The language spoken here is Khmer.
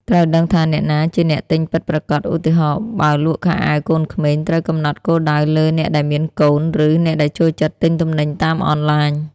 ត្រូវដឹងថាអ្នកណាជាអ្នកទិញពិតប្រាកដ ឧទាហរណ៍៖ បើលក់ខោអាវកូនក្មេង ត្រូវកំណត់គោលដៅលើ "អ្នកដែលមានកូន" ឬ "អ្នកដែលចូលចិត្តទិញទំនិញតាមអនឡាញ"។